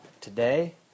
today